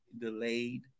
delayed